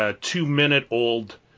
two-minute-old